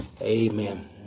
Amen